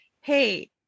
hey